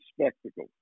spectacle